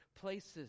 places